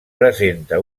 presenta